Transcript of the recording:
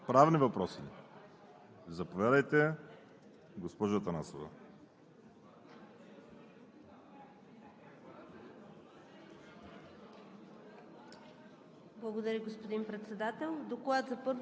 От Комисията по правни въпроси заповядайте, госпожо Атанасова.